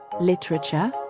literature